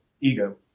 ego